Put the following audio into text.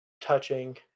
touching